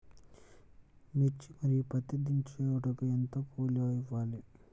మిర్చి మరియు పత్తి దించుటకు ఎంత కూలి ఇవ్వాలి?